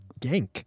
gank